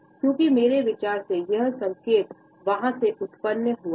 क्योंकि मेरे विचार में यह संकेत वहां से उत्पन्न हुआ है